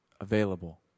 available